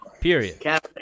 Period